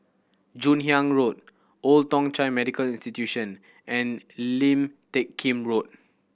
Joon Hiang Road Old Thong Chai Medical Institution and Lim Teck Kim Road